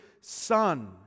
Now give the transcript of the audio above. Son